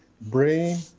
brain,